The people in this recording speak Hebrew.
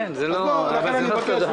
לכן אני מבקש.